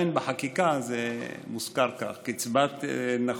בחקיקה זה עדיין מוזכר כך, קצבת נכות.